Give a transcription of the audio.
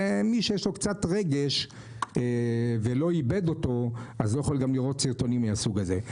ומי שיש לו קצת רגש ולא איבד אותו גם לא יכול לראות סרטונים מהסוג הזה.